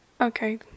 Okay